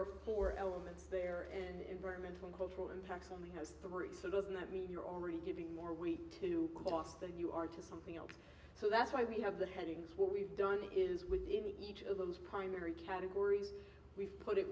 are four elements there and environmental control impacts only has three so doesn't that mean you're already getting more week to cost than you are to something else so that's why we have the headings what we've done is with each of those primary categories we've put it